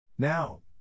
Now